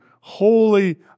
Holy